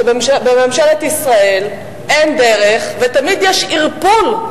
שבממשלת ישראל אין דרך ותמיד יש ערפול,